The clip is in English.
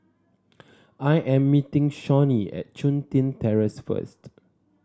I am meeting Shawnee at Chun Tin Terrace first